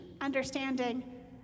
understanding